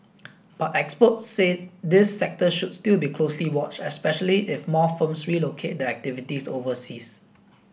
but experts said this sector should still be closely watched especially if more firms relocate their activities overseas